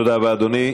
תודה רבה, אדוני.